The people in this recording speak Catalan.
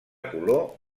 color